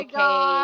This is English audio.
Okay